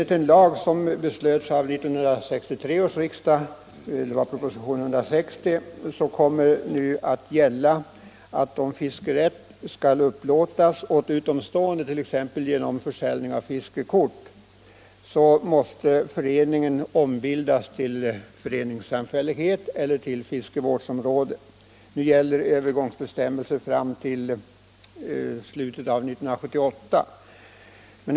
Genom en lag som beslutades av 1963 års riksdag, proposition 160, kommer nu att gälla att om fiskerätt skall upplåtas åt utomstående, t.ex. genom försäljning av fiskekort, måste föreningen ombildas till föreningssamfällighet eller fiskevårdsområde. Övergångsbestämmelser gäller fram till slutet av 1978.